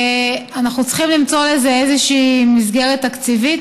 אנחנו צריכים למצוא לזה איזושהי מסגרת תקציבית,